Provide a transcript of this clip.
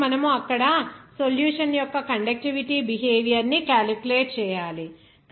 కాబట్టి మనము అక్కడ సొల్యూషన్ యొక్క కండక్టివిటీ బిహేవియర్ ని క్యాలిక్యులేట్ చేయాలి